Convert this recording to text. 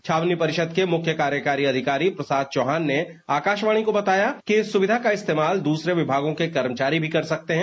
छावनी परिषद के मुख्य कार्यकारी अधिकारी प्रसाद चौहान ने आकाशवाणी को बताया कि इस सुविधा का इस्तेमाल दूसरे विभागों के कर्मचारी भी कर सकते हैं